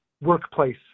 workplace